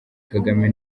kagame